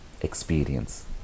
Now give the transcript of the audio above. experience